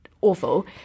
awful